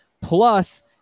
Plus